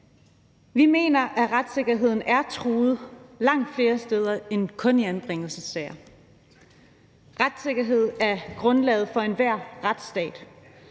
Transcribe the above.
Vi mener, at retssikkerheden er truet langt flere steder end kun i anbringelsessager. Retssikkerhed er grundlaget for enhver retsstat.